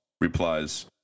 replies